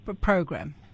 program